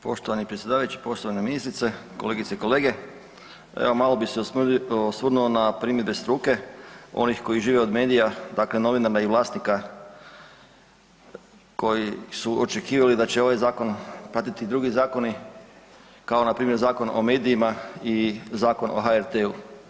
Poštovani predsjedavajući, poštovana ministrice, kolegice i kolege evo malo bi se osvrnuo na primjedbe struke onih koji žive od medija dakle novinara i vlasnika koji su očekivali da će ovaj zakon pratiti drugi zakoni kao npr. Zakon o medijima i Zakon o HRT-u.